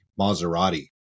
Maserati